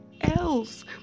else